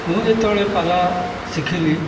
ମୁଁ ଯେତେବେଳେ ପାଲା ଶିଖିଲି